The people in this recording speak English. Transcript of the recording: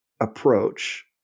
approach